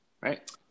right